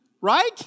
Right